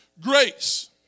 grace